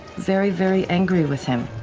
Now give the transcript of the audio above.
very, very angry with him.